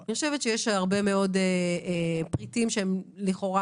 אני חושבת שיש הרבה מאוד פריטים שהם לכאורה